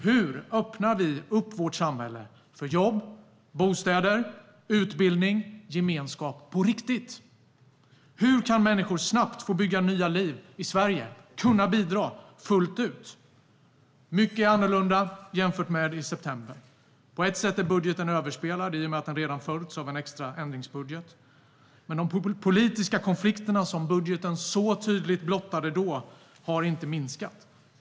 Hur öppnar vi upp vårt samhälle för jobb, bostäder, utbildning och gemenskap på riktigt? Hur kan människor snabbt få bygga nya liv i Sverige och kunna bidra fullt ut? Mycket är annorlunda jämfört med i september. På ett sätt är budgeten överspelad i och med att den redan har följts av en extra ändringsbudget. Men de politiska konflikterna som budgeten så tydligt blottade då har inte minskat.